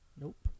Nope